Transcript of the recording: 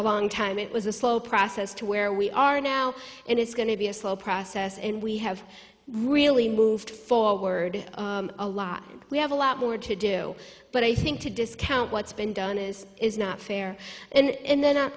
a long time it was a slow process to where we are now and it's going to be a slow process and we have really moved forward a lot we have a lot more to do but i think to discount what's been done is is not fair and then